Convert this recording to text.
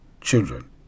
children